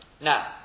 Now